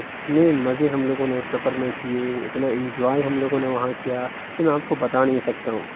اتنے مزے ہم لوگوں نے اس سفر میں کیے اتنا انجوائے ہم لوگوں نے وہاں کیا کہ میں آپ کو بتا نہیں سکتا ہوں